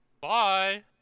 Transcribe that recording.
Bye